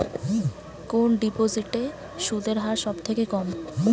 কোন ডিপোজিটে সুদের হার সবথেকে কম?